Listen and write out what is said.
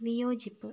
വിയോജിപ്പ്